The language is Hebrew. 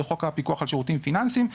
בחוק הפיקוח על שירותים פיננסיים.